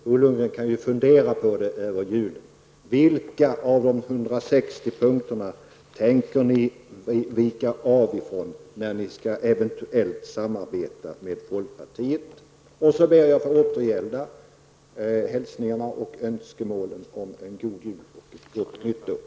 Bo Lundgren kan fundera över julen vilka av de 160 punkterna ni vill göra avsteg ifrån vid ett eventuellt samarbete med folkpartiet. Jag ber att få återgälda hälsningarna och önskemålen om en God Jul och ett Gott Nytt År.